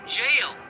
jail